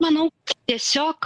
manau tiesiog